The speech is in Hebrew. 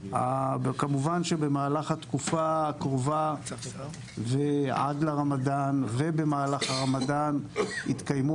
כמובן שבמהלך התקופה הקרובה ועד לרמדאן ובמהלך הרמדאן יתקיימו